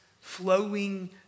flowing